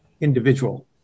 individual